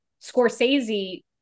Scorsese